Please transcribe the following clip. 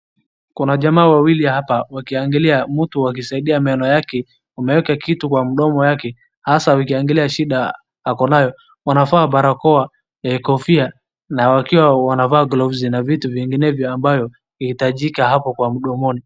Kuna jamaa wawili hapa, wakiangalia mtu wakisaidia meno yake, wameeka kitu kwa mdomo yake hasa wakiangalia shida ako nayo, wanavaa barakoa, kofia na wakiwa wanavaa glovsi na vitu vinginevyo ambayo inahitajika hapo kwa mdomoni.